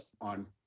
on